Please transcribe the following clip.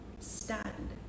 stand